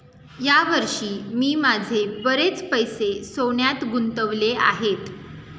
या वर्षी मी माझे बरेच पैसे सोन्यात गुंतवले आहेत